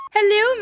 Hello